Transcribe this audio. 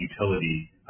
utility